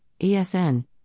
ESN